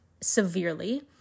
severely